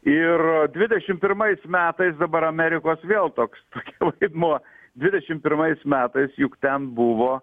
ir dvidešim pirmais metais dabar amerikos vėl toks vaidmuo dvidešim pirmais metais juk ten buvo